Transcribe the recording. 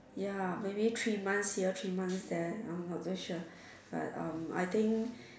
ya maybe three months here three months there I'm not to sure I think